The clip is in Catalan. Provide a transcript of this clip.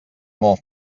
molt